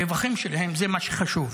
הרווחים שלהם זה מה שחשוב,